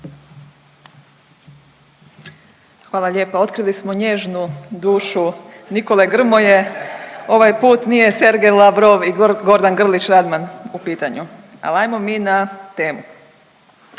Hvala lijepa. Otkrili smo nježnu dušu Nikole Grmoje, ovaj put nije Sergej Lavrov i Gordan Grlić Radman u pitanju, al ajmo mi na temu.